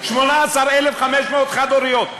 18,500 חד-הוריות.